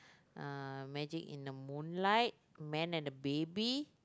uh magic-in-the-moonlight man-and-a-baby